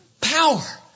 power